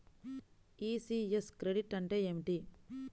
ECS credit అంటే ఏమిటి?